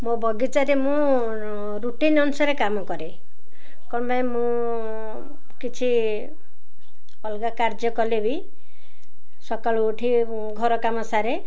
ମୋ ବଗିଚାରେ ମୁଁ ରୁଟିନ୍ ଅନୁସାରେ କାମ କରେ କ'ଣ ପାଇଁ ମୁଁ କିଛି ଅଲଗା କାର୍ଯ୍ୟ କଲେ ବି ସକାଳୁ ଉଠି ଘର କାମ ସାରେ